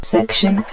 Section